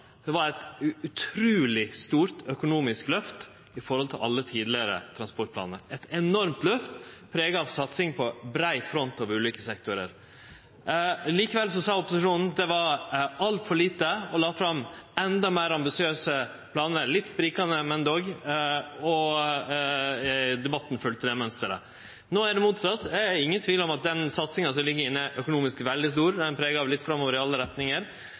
Det var eit utruleg stort økonomisk løft i forhold til alle tidlegare transportplanar, eit enormt løft prega av satsing på brei front over ulike sektorar. Likevel sa opposisjonen at det var altfor lite, og la fram enda meir ambisiøse planar, litt sprikande, men likevel, og debatten følgde det mønsteret. No er det motsett. Det er ingen tvil om at den satsinga som ligg inne økonomisk er veldig stor, den er prega av litt framover i alle retningar,